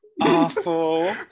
awful